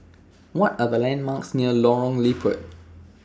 What Are The landmarks near Lorong Liput